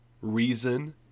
Reason